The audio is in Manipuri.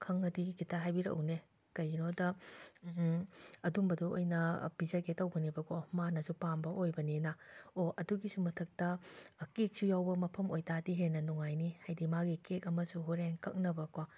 ꯈꯪꯉꯗꯤ ꯈꯤꯇ ꯍꯥꯏꯕꯤꯔꯛꯎꯅꯦ ꯀꯩꯒꯤꯅꯣꯗ ꯑꯗꯨꯝꯕꯗꯣ ꯑꯣꯏꯅ ꯄꯤꯖꯒꯦ ꯇꯧꯕꯅꯦꯕꯀꯣ ꯃꯥꯅꯁꯨ ꯄꯥꯝꯕ ꯑꯣꯏꯕꯅꯤꯅ ꯑꯣ ꯑꯗꯨꯒꯤ ꯃꯊꯛꯇ ꯀꯦꯛꯁꯨ ꯌꯥꯎꯕ ꯃꯐꯝ ꯑꯣꯏꯇꯥꯔꯗꯤ ꯍꯦꯟꯅ ꯅꯨꯡꯉꯥꯏꯅꯤ ꯍꯥꯏꯗꯤ ꯃꯥꯒꯤ ꯀꯦꯛ ꯑꯃꯁꯨ ꯍꯣꯔꯦꯟ ꯀꯛꯅꯕꯀꯣ